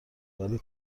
ولی